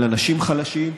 על אנשים חלשים.